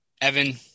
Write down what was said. Evan